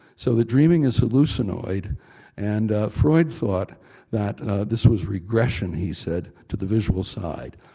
so the dreaming is hallucinoid and freud thought that this was regression he said, to the visual side.